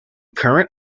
current